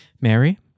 Mary